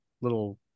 little